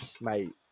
mate